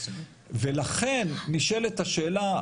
ולכן נשאלת השאלה,